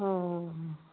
অ